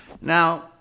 Now